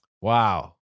Wow